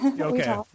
Okay